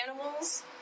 animals